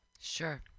Sure